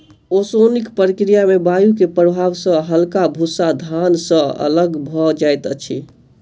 ओसौनिक प्रक्रिया में वायु के प्रभाव सॅ हल्का भूस्सा धान से अलग भअ जाइत अछि